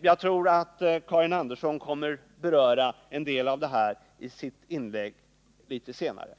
Jag tror att Karin Andersson kommer att beröra en del av detta i sitt inlägg litet senare.